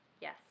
Yes